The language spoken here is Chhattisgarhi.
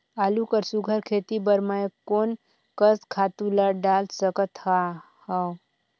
आलू कर सुघ्घर खेती बर मैं कोन कस खातु ला डाल सकत हाव?